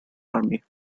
army